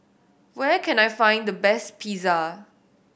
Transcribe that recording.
where can I find the best Pizza